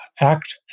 act